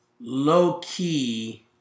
low-key